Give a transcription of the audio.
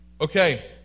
Okay